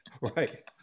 Right